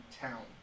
town